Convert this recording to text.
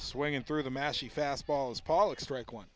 swinging through the massey fastballs pollock strike one